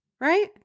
right